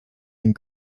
and